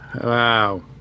wow